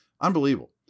Unbelievable